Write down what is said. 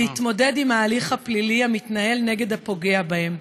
להתמודד עם ההליך הפלילי המתנהל נגד הפוגע בהם.